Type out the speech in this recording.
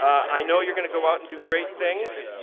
i know you're going to go out and do great things,